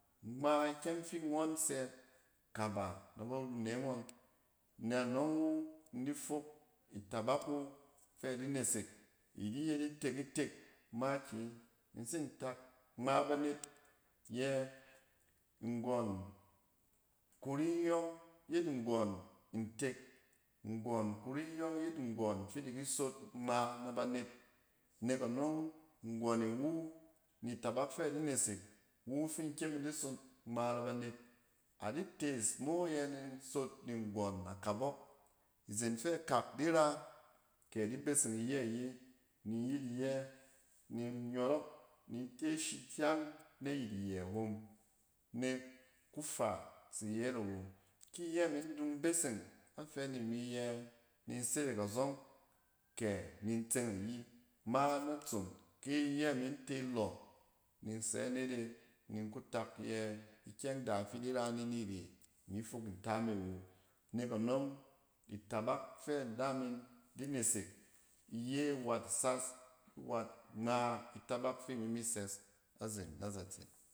Ngma ikyeng fi ngɔn sɛ, kaba na ba runneng ngɔn. Nɛ anɔng wu in di fok itabak wu fɛ adi nesek, idi yet itek-itek makiyi. In tsin tak ngma banet yɛ nggɔn kuri yɔng yet nggɔn ntek, nggɔn kuri nyɔng yet nggɔn fi di ki sot ngma na banet. Nek anɔng, nggɔn e wu ni itabak fɛ adi nesek wu fin kyem in di sot ngma na banet. A di tees mo yɛ nin sot ni nggɔn akabɔk. Izen fɛ kak di ra, kɛ adi beseng iyɛ ayi, nin yit iyɛ, nin nyɔrɔk, nin te ashi kyang nayit iyɛ min dun beseng, a fɛ nimi yɛ nin serek azɔng kɛ nin tseng ayi ma na tson ki iyɛ min te tɔ, nin sɛ anet e nin ku tak yɛ ikyɛng da fi idi ra ne nire ini fok nta me awo. Nek anɔng, itabak fɛ adamin di nesek, iye wat sas, i wat ngma itabal fi imi ma sɛs azeng na zatse.